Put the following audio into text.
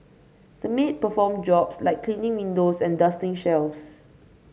the maid performed jobs like cleaning windows and dusting shelves